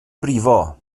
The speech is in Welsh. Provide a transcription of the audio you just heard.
brifo